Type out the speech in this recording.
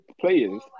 players